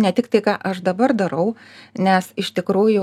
ne tik tai ką aš dabar darau nes iš tikrųjų